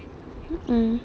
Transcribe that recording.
mm